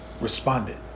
responded